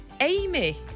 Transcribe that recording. Amy